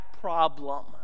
problem